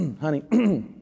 Honey